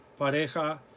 pareja